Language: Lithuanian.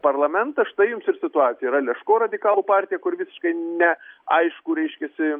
parlamentą štai jums ir situacija yra leško radikalų partija kur visiškai neaišku reiškiasi